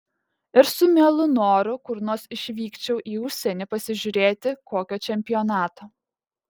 ir su mielu noru kur nors išvykčiau į užsienį pasižiūrėti kokio čempionato